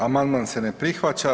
Amandman se ne prihvaća.